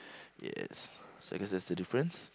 yes so I guess that's the difference